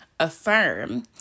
affirm